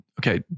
Okay